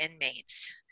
inmates